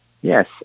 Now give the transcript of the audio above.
Yes